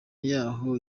y’aho